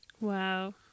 Wow